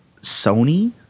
Sony